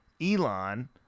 Elon